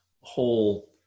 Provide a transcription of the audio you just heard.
whole